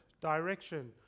direction